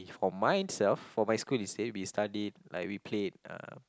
for myself for my school is we studied like we played uh